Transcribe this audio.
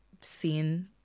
seen